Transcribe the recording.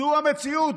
זו המציאות.